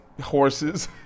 horses